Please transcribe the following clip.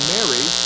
Mary